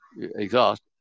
exhaust